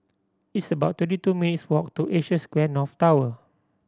it's about twenty two minutes' walk to Asia Square North Tower